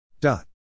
Dot